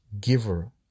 Giver